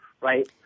right